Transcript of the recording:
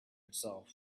itself